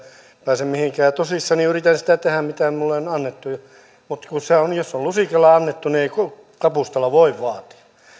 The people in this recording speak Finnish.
pääse mihinkään ja tosissani yritän sitä tehdä mitä minulle on annettu mutta kun se on niin että jos on lusikalla annettu niin ei kapustalla voi vaatia